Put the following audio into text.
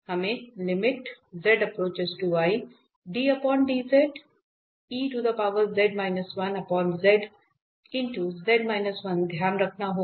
हमें ध्यान रखना होगा